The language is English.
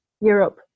europe